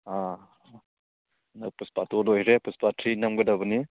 ꯑꯥ ꯍꯟꯗꯛ ꯄꯨꯁꯄꯥ ꯇꯨ ꯂꯣꯏꯈ꯭ꯔꯦ ꯄꯨꯁꯄꯥ ꯊ꯭ꯔꯤ ꯅꯝꯒꯗꯕꯅꯤ